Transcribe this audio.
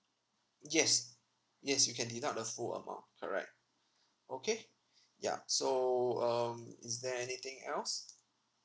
yes yes you can deduct the full amount correct okay ya so um is there anything else